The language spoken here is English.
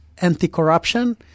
anti-corruption